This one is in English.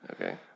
Okay